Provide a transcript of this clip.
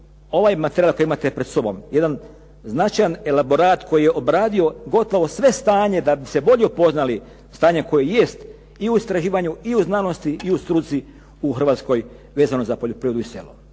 ovaj materijal koji imate pred sobom jedan značajan elaborat koji je obradio gotovo sve stanje da bi se bolje upoznali, stanja koje jest i u istraživanju i u znanosti, i u struci u Hrvatskoj vezano za poljoprivredu i selo.